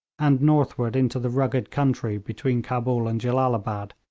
and northward into the rugged country between cabul and jellalabad,